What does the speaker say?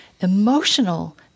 emotional